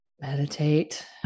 Meditate